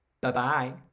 Bye-bye